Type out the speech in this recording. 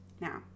now